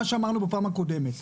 מה שאמרנו בפעם הקודמת.